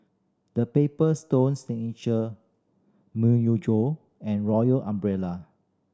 The Paper Stone Myojo and Royal Umbrella